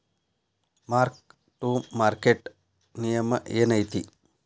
mark to market ನಿಯಮ ಏನೈತಿ